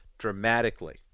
dramatically